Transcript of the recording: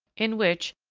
in which,